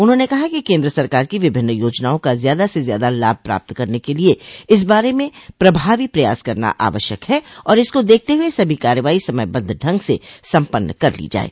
उन्होंने कहा कि केन्द्र सरकार की विभिन्न योजनाओं का ज्यादा से ज्यादा लाभ प्राप्त करने के लिये इस बारे में प्रभावी प्रयास करना आवश्यक है और इसको देखते हुए सभी कार्रवाई समयबद्ध ढंग से सम्पन्न कर ली जाये